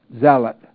Zealot